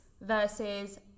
versus